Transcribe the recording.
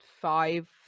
five